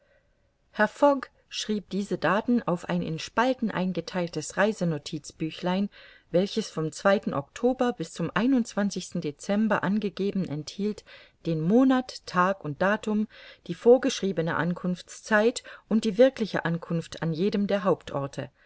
herr fogg schrieb diese daten auf ein in spalten eingetheiltes reisenotizbüchlein welches vom oktober bis zum dezember angegeben enthielt den monat tag und datum die vorgeschriebene ankunftszeit und die wirkliche ankunft an jedem der hauptorte